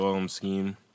Scheme